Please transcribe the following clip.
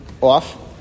off